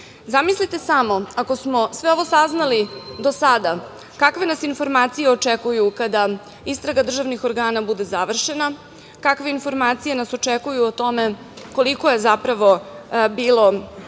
Zamislite samo ako smo sve ovo saznali do sada, kakve nas informacije očekuju kada istraga državnih organa bude završena, kakve informacije nas očekuju o tome koliko je zapravo bilo